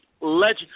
Legend